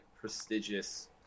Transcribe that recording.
prestigious